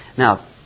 Now